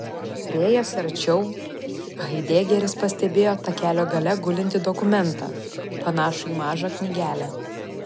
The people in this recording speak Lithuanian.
priėjęs arčiau haidegeris pastebėjo takelio gale gulintį dokumentą panašų į mažą knygelę